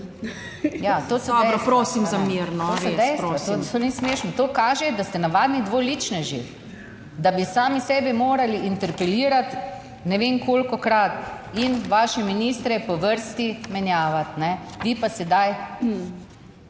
to ni smešno. To kaže, da ste navadni dvoličneži, da bi sami sebe morali interpelirati ne vem kolikokrat in vaše ministre po vrsti menjavati. Vi pa sedaj